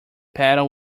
pedal